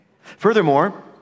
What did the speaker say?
Furthermore